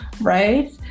Right